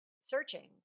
searching